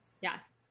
Yes